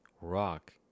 rock